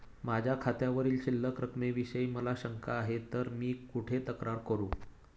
माझ्या खात्यावरील शिल्लक रकमेविषयी मला शंका आहे तर मी कुठे तक्रार करू?